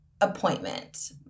appointment